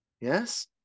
Yes